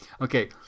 Okay